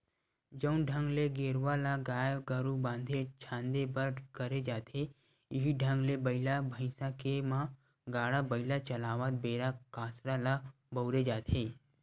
जउन ढंग ले गेरवा ल गाय गरु बांधे झांदे बर करे जाथे इहीं ढंग ले बइला भइसा के म गाड़ा बइला चलावत बेरा कांसरा ल बउरे जाथे